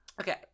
Okay